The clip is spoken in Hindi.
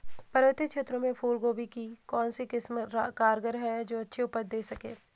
पर्वतीय क्षेत्रों में फूल गोभी की कौन सी किस्म कारगर है जो अच्छी उपज दें सके?